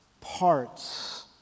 parts